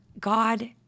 God